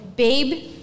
Babe